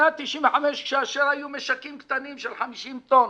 משנת 1995 כאשר היו משקים קטנים של 50 טון,